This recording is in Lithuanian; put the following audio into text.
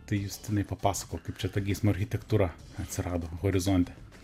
tai justinai papasakok kaip čia ta geismo architektūra atsirado horizonte